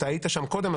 אתה היית שם קודם,